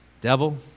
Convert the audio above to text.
Devil